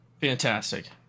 Fantastic